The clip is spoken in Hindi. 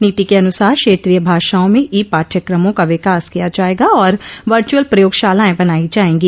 नीति के अनुसार क्षेत्रीय भाषाओं में ई पाठ्यक्रमों का विकास किया जाएगा और वर्चुअल प्रयोगशालाएं बनाई जाएंगी